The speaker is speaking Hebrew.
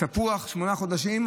שמונה חודשים,